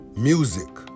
music